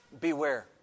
Beware